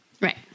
Right